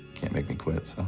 can't make me quit, so.